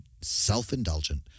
self-indulgent